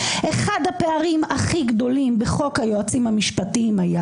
אחד הפערים הכי גדולים בחוק היועצים המשפטיים היה